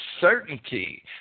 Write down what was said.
certainty